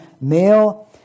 Male